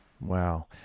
wow